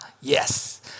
yes